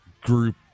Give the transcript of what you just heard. group